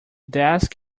desk